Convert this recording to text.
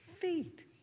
feet